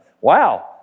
Wow